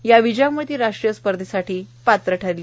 या विजयामुळ ती राष्ट्रीय स्पर्धेसाठी पात्र झाली